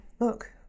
look